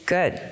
Good